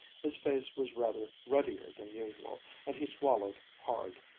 his face was rather ruddier than usual and he swallowed hard.